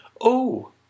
Oh